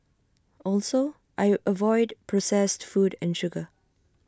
also I avoid processed food and sugar